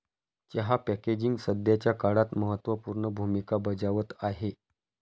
चहा पॅकेजिंग सध्याच्या काळात महत्त्व पूर्ण भूमिका बजावत आहे